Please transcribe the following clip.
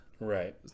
right